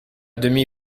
demi